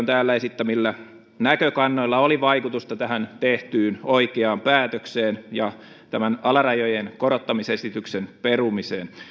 täällä esittämillä näkökannoilla oli vaikutusta tähän tehtyyn oikeaan päätökseen ja tämän alarajojen korottamisesityksen perumiseen